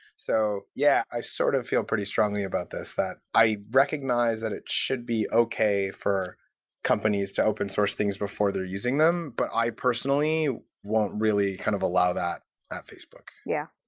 so yeah, sort of feel pretty strongly about this, that i recognize that it should be okay for companies to open-source things before they're using them, but i personally won't really kind of allow that at facebook yeah,